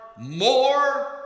more